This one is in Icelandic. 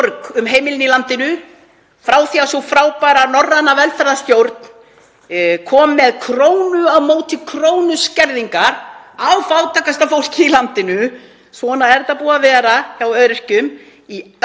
um heimilin í landinu, frá því að sú frábæra norræna velferðarstjórn kom með krónu á móti krónu skerðingar á fátækasta fólkið í landinu. Svona hefur þetta verið hjá öryrkjum í öll